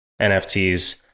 NFTs